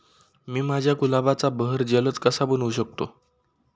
मी माझ्या गुलाबाचा बहर जलद कसा बनवू शकतो?